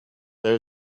there